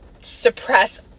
suppress